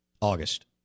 August